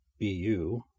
BU